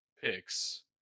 picks